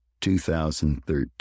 2013